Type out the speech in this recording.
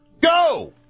Go